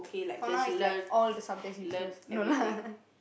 for now is like all the subjects useless no lah